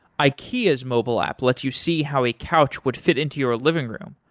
ikea's mobile app lets you see how a couch would fit into your living room,